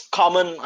common